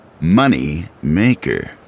Moneymaker